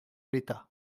l’état